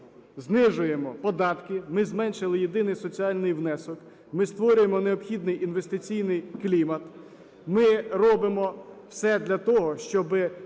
знижуємо податки, ми зменшили єдиний соціальний внесок, ми створюємо необхідний інвестиційний клімат, ми робимо все для того, щоб